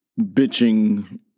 bitching